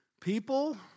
people